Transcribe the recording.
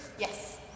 Yes